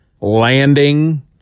landing